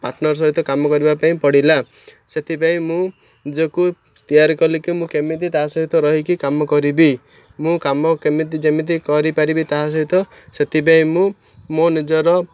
partner ସହିତ କାମ କରିବା ପାଇଁ ପଡ଼ିଲା ସେଥିପାଇଁ ମୁଁ ନିଜକୁ ତିଆରି କଲି କି ମୁଁ କେମିତି ତା' ସହିତ ରହିକି କାମ କରିବି ମୁଁ କାମ କେମିତି ଯେମିତି କରିପାରିବି ତା' ସହିତ ସେଥିପାଇଁ ମୁଁ ମୋ ନିଜର